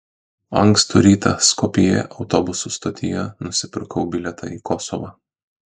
ankstų rytą skopjė autobusų stotyje nusipirkau bilietą į kosovą